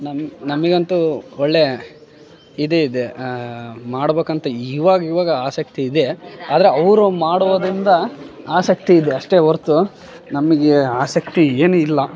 ನಮಗ್ ನಮಗಂತು ಒಳ್ಳೇ ಇದು ಇದೆ ಮಾಡ್ಬೇಕಂತ್ ಇವಾಗ ಇವಾಗ ಆಸಕ್ತಿ ಇದೆ ಆದ್ರೆ ಅವರು ಮಾಡೋದರಿಂದ ಆಸಕ್ತಿ ಇದೆ ಅಷ್ಟೇ ಹೊರ್ತು ನಮಗೆ ಆಸಕ್ತಿ ಏನು ಇಲ್ಲ